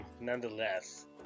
nonetheless